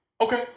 Okay